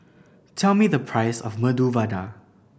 tell me the price of Medu Vada